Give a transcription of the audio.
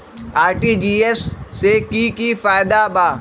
RTGS से की की फायदा बा?